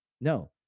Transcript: No